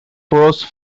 prose